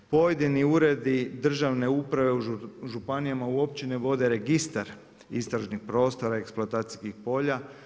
Pojedini uredi državne uprave, u županijama, u općinama, vode registar istražnih prostora eksploatacijskih polja.